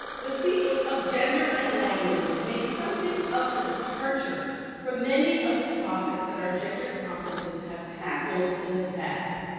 the theme of gender and language makes something of a departure from many of the topics that our gender conferences have tackled in the past.